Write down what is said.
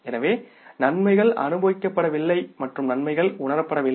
எனவே நன்மைகள் அனுபவிக்கப்படவில்லை மற்றும் நன்மைகள் உணரப்படவில்லை